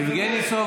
תודה.